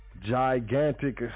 gigantic